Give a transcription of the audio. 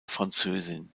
französin